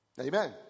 Amen